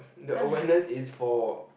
the awareness is for